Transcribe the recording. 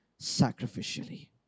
sacrificially